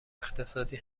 اقتصادی